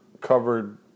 covered